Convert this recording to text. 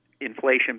inflation